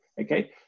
okay